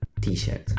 t-shirt